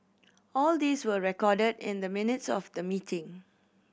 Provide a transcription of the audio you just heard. all these were recorded in the minutes of the meeting